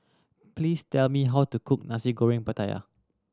please tell me how to cook Nasi Goreng Pattaya